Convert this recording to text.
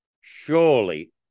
Surely